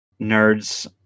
nerds